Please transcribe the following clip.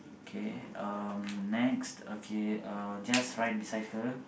K um next okay uh just right beside her